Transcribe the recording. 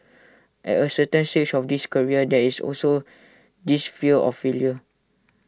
at A certain stage of this career there is also this fear of failure